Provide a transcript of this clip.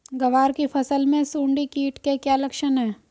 ग्वार की फसल में सुंडी कीट के क्या लक्षण है?